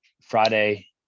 Friday